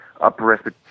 upper